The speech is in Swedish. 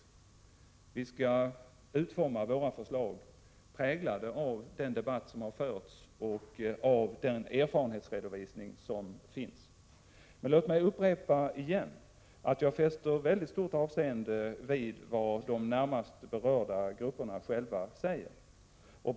Regeringens förslag kommer att präglas av den debatt som har förts och av den erfarenhetsredovisning som finns. Låt mig emellertid upprepa att jag fäster mycket stort avseende vid vad de närmast berörda grupperna själva säger.